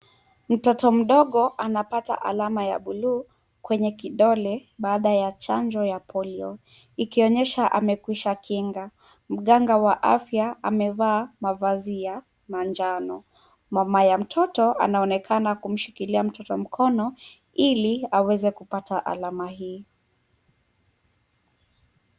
Mtoto mdogo anapata alama ya bluu kwenye kidole baada ya chanjo ya polio ikionyesha amekwisha kinga. Mganga wa afya amevaa mavazi ya manjano. Mama ya mtoto anaonekana kumshikilia mtoto mkono ili aweze kupata alama hii.